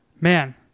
Man